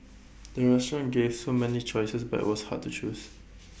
the restaurant gave so many choices but IT was hard to choose